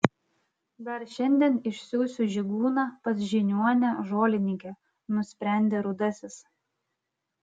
dar šiandien išsiųsiu žygūną pas žiniuonę žolininkę nusprendė rudasis